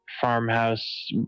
farmhouse